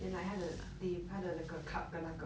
then like 他的 ta~ 他的那个 cup :的那个